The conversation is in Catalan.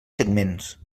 segments